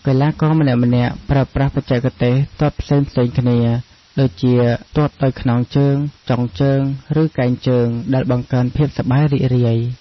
កីឡាករម្នាក់ៗប្រើប្រាស់បច្ចេកទេសទាត់ផ្សេងៗគ្នា ដូចជាទាត់ដោយ ខ្នងជើង ចុងជើង ឬកែងជើង ដែលបង្កើនភាពសប្បាយរីករាយ។